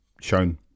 shown